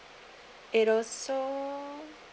it also